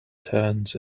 turns